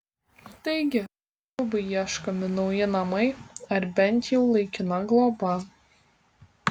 taigi kubui ieškomi nauji namai ar bent jau laikina globa